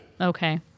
Okay